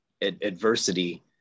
adversity